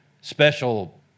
special